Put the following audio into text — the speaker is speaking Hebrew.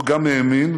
הוא גם האמין,